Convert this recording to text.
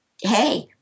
hey